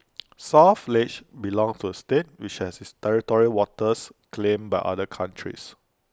south ledge belonged to A state which has its territorial waters claimed by other countries